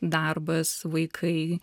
darbas vaikai